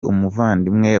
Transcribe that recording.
umuvandimwe